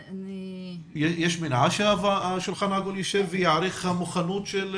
יש מניעה שהשולחן העגול ישב ויעריך את המוכנות?